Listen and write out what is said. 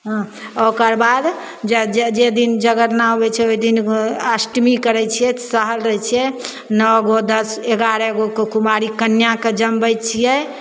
हँ ओकरबाद जऽ जऽ जे दिन जगरना होइ छै ओहिदिन भोरे अष्टमी करै छिए तऽ सहल रहै छिए नओ गो दस एगारह गोके कुमारि कन्याके जिमबै छिए